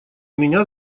меня